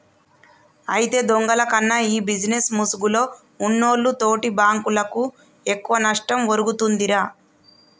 అయితే దొంగల కన్నా ఈ బిజినేస్ ముసుగులో ఉన్నోల్లు తోటి బాంకులకు ఎక్కువ నష్టం ఒరుగుతుందిరా